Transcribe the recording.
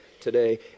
today